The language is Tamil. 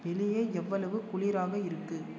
வெளியே எவ்வளவு குளிராக இருக்குது